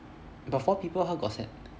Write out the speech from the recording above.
but four people how got cen~